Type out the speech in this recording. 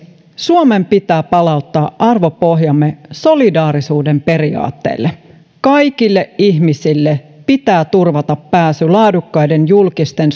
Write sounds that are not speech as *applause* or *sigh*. suomen pitää palauttaa arvopohjamme solidaarisuuden periaatteelle kaikille ihmisille pitää turvata pääsy laadukkaiden julkisten *unintelligible*